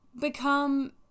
become